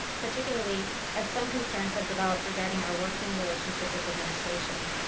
particularly as some concerns have developed regarding our working relationship with administration.